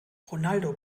ronaldo